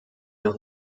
der